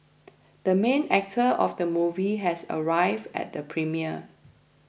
the main actor of the movie has arrived at the premiere